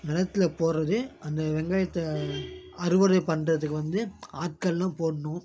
நிலத்துல போடுறதே அந்த வெங்காயத்தை அறுவடை பண்ணுறதுக்கு வந்து ஆட்கள்லாம் போடணும்